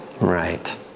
Right